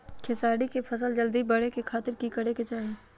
खेसारी के फसल जल्दी बड़े के खातिर की करे के चाही?